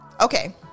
Okay